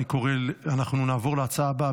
אנחנו נעבור להצעה הבאה,